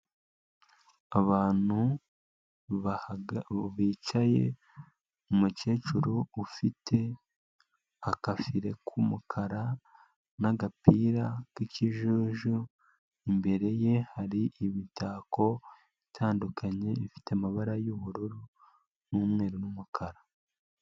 Abantu bahaga bicaye umukecuru ufite agafire k'umukara n'agapira k'ikijuju. Imbere ye hari imitako itandukanye ifite amabara y'ubururu n'umweru n'umukara.